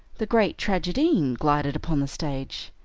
the great tragedienne glided upon the stage.